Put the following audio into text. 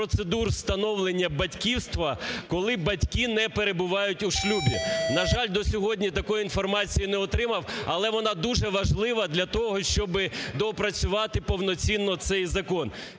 процедур встановлення батьківства, коли батьки не перебувають у шлюбі. На жаль, до сьогодні такої інформації не отримав, але вона дуже важлива для того, щоби доопрацювати повноцінно цей закон.